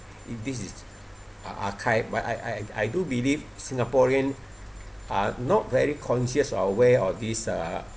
this is archived but I I I I do believe singaporean are not very conscious or aware of this uh